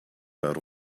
are